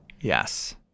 Yes